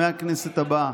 מהכנסת הבאה.